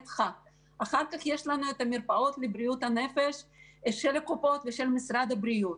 אחר כך יש לנו את המרפאות לבריאות הנפש של הקופות ושל משרד הבריאות,